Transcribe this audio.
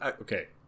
Okay